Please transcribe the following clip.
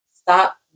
stop